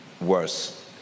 worse